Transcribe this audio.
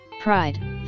pride